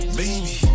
baby